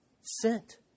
sent